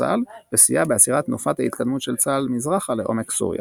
צה"ל וסייע בעצירת תנופת ההתקדמות של צה"ל מזרחה לעומק סוריה.